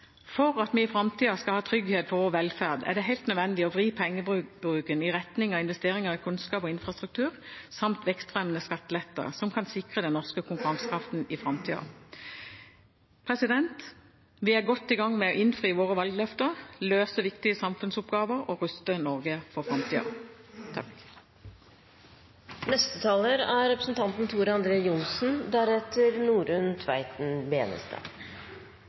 For at vi i framtida skal ha trygghet for vår velferd, er det helt nødvendig å vri pengebruken i retning av investeringer i kunnskap og infrastruktur samt vekstfremmende skatteletter som kan sikre den norske konkurransekraften i framtida. Vi er godt i gang med å innfri våre valgløfter, løse viktige samfunnsoppgaver og ruste Norge for framtida.